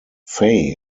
faye